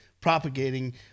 propagating